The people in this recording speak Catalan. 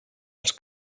els